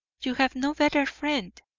you have no better friend